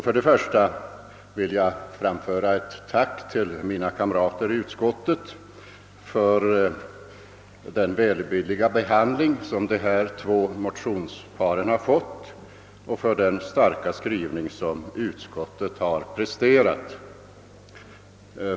För det första vill jag framföra ett tack till mina kamrater i utskottet för den välvilliga behandling som dessa två motionspar fått och för den starka skrivning som utskottet har presterat.